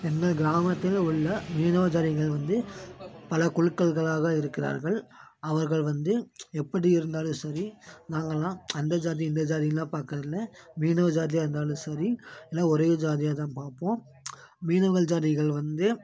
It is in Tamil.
எங்கள் கிராமத்தில் உள்ள மீனவ சாதிங்கள் வந்து பல குழுக்கள்களாக இருக்கிறார்கள் அவர்கள் வந்து எப்படி இருந்தாலும் சரி நாங்கள்லாம் அந்த சாதி இந்த சாதின்னுலாம் பாக்கிறதில்ல மீனவ சாதியாக இருந்தாலும் சரி எல்லாம் ஒரே சாதியாக தான் பார்ப்போம் மீனவ சாதிகள் வந்து